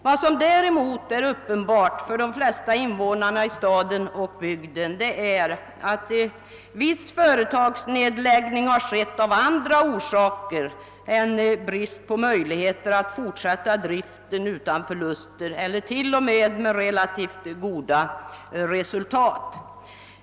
Vad som däremot är uppenbart för de flesta invånarna i staden och bygden är att vissa företag lagts ned av andra orsaker än brist på möjligheter att fortsätta driften utan förluster — företag som har givit relativt goda resultat har sålunda lagts ned.